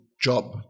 job